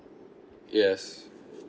yes